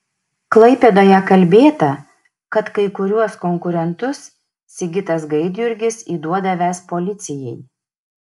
klaipėdoje kalbėta kad kai kuriuos konkurentus sigitas gaidjurgis įduodavęs policijai